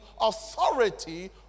authority